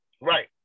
Right